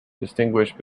distinguished